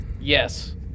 Yes